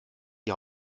die